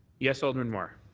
yes, alderman mar.